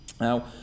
Now